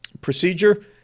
procedure